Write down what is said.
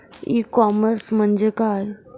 E commerce म्हणजे काय?